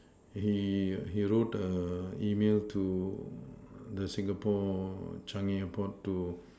he he wrote a email to the Singapore Changi airport to